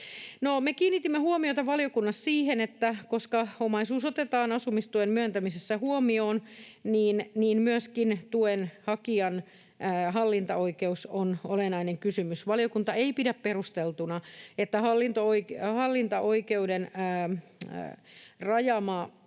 kiinnitimme huomiota valiokunnassa siihen, että koska omaisuus otetaan asumistuen myöntämisessä huomioon, myöskin tuen hakijan hallintaoikeus on olennainen kysymys. Valiokunta ei pidä perusteltuna, että hallintaoikeuden rasittamaa